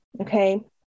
Okay